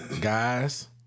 Guys